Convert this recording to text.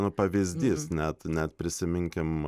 nu pavyzdys net net prisiminkim